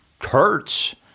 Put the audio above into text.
hurts